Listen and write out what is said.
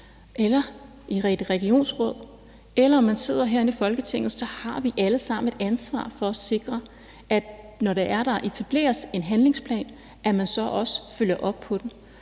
i et regionsråd eller herinde i Folketinget, så har vi alle sammen et ansvar for at sikre, at når der etableres en handlingsplan, så følger man også op på den,